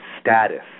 status